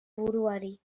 buruari